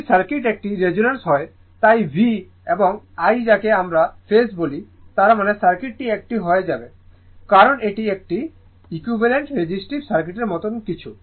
যদি সার্কিট একটি রেজোন্যান্স হয় তাই V এবং I যাকে আমরা ফেজ বলি তার মানে সার্কিটটি একটি হয়ে যাবে কারণ এটি একটি ইকুইভালেন্ট রেজিস্টিভ সার্কিটের মতো কিছু